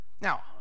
Now